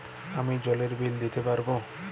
আমি জলের বিল দিতে পারবো?